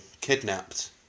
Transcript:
kidnapped